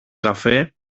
καφέ